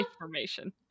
information